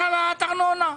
יש העלאת ארנונה.